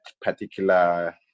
particular